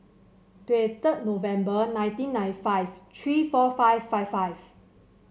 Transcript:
twenty third November nineteen ninety five three four five five five